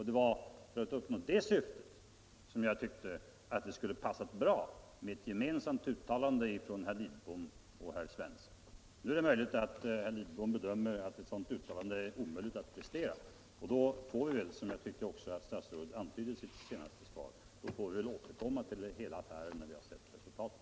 Det var för att uppnå det syftet som jag tyckte att det skulle ha passat bra med ett gemensamt uttalande från herr Lidbom och herr Svensson. Nu är det möjligt att herr Lidbom bedömer det så att ett sådant uttalande är omöjligt att prestera, och då får vi väl — som jag också tyckte att statsrådet antydde i sitt senaste inlägg — återkomma till hela affären när vi sett förhandlingsresultatet.